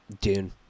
Dune